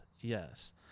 Yes